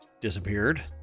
disappeared